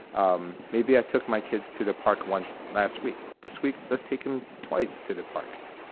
um maybe i took my kids to the park once last week. this week that's taken twice to the park.